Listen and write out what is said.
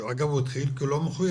שאגב הוא התחיל כי הוא לא מחויב